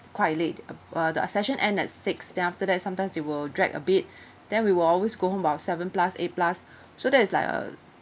quite late uh the session end at six then after that sometimes they will drag a bit then we will always go home about seven plus eight plus so that is like a